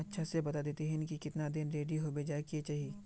अच्छा से बता देतहिन की कीतना दिन रेडी होबे जाय के चही?